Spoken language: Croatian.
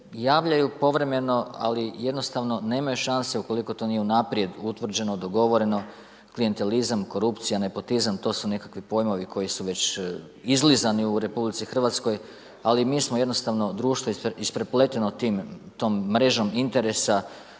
javljaju, povremeno, ali jednostavno nemaju šanse ukoliko to nije unaprijed utvrđeno, dogovoreno, klijentelizam, korupcija, nepotizam, to su nekakvi pojmovi koji su već izlizani u RH, ali mi smo jednostavno društvo isprepleteno tim društvom, mrežom interesa,